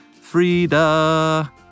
Frida